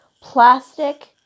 plastic